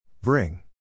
Bring